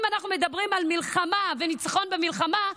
אם אנחנו מדברים על מלחמה וניצחון במלחמה,